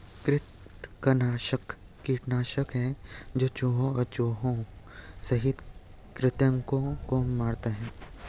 कृंतकनाशक कीटनाशक है जो चूहों और चूहों सहित कृन्तकों को मारते है